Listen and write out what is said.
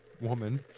woman